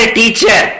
teacher